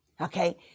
okay